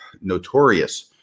notorious